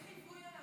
אין חיווי על המסך.